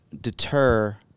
deter